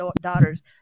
daughters